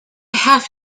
have